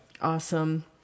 Awesome